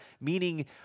meaning